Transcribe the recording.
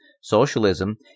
Socialism